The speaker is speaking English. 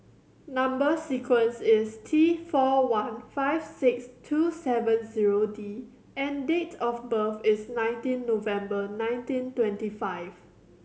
number sequence is T four one five six two seven zero D and date of birth is nineteen November nineteen twenty five